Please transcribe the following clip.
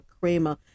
Kramer